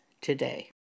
today